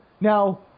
Now